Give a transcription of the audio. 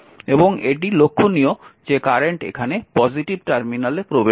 এবং এটি লক্ষ্যণীয় যে কারেন্ট এখানে পজিটিভ টার্মিনালে প্রবেশ করছে